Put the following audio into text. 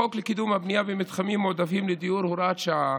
החוק לקידום הבנייה במתחמים מועדפים לדיור (הוראת שעה),